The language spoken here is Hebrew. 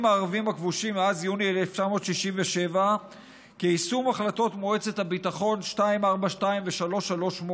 הערביים הכבושים מאז יוני 1967 כיישום החלטות מועצת הביטחון 242 ו-338,